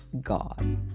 God